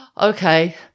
okay